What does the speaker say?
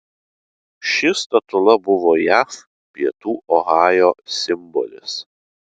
ši statula buvo jav pietų ohajo simbolis